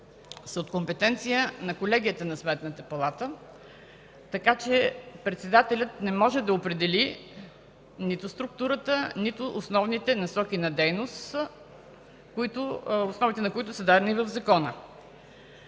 от компетенция на колегията на Сметната палата, така че председателят не може да определи нито структурата, нито основните насоки на дейност, основите на които са дадени в закона.